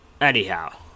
Anyhow